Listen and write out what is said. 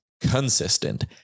Consistent